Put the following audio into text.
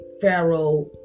Pharaoh